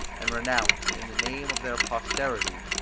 and renounce, in the name of their posterity,